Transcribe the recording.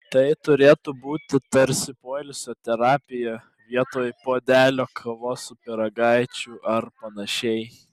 tai turėtų būti tarsi poilsio terapija vietoj puodelio kavos su pyragaičiu ar panašiai